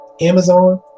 Amazon